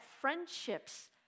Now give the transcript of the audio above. friendships